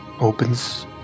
opens